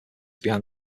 behind